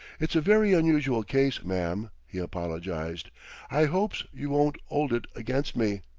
it's a very unusual case, ma'am, he apologized i hopes you won't old it against me.